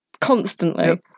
Constantly